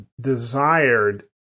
desired